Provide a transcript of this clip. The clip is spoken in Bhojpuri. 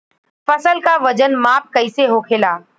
फसल का वजन माप कैसे होखेला?